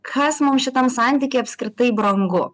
kas mums šitam santyky apskritai brangu